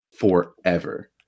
Forever